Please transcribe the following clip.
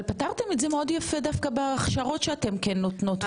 אבל פתרתם את זה מאוד יפה דווקא בהכשרות שאתם כן נותנות ונותנים.